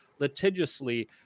litigiously